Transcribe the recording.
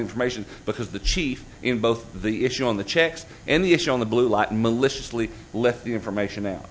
information because the chief in both the issue on the checks and the issue on the blue light maliciously let the information out